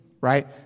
right